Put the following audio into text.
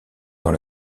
dans